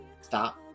stop